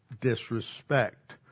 disrespect